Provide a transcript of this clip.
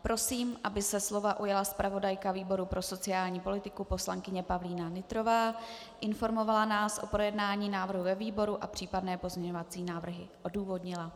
Prosím, aby se slova ujala zpravodajka výboru pro sociální politiku poslankyně Pavlína Nytrová, informovala nás o projednání návrhu ve výboru a případné pozměňovací návrhy odůvodnila.